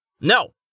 No